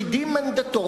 "ביטחון,